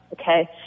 okay